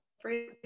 free